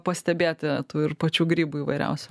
pastebėtitų ir pačių grybų įvairiausių